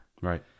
Right